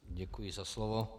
Děkuji za slovo.